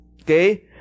okay